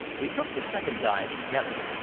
we took the second dive together,